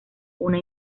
una